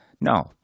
No